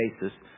basis